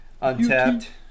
untapped